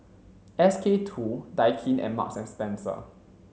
S K two Daikin and Marks and Spencer